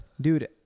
Dude